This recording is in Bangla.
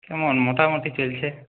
কেমন মোটামুটি চলছে